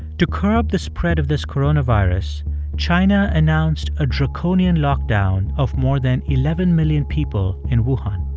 to curb the spread of this coronavirus, china announced a draconian lockdown of more than eleven million people in wuhan